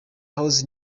house